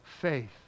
faith